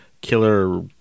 killer